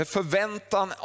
Förväntan